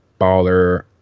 Baller